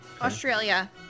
Australia